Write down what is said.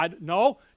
no